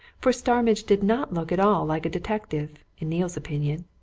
for starmidge did not look at all like a detective in neale's opinion.